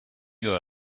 you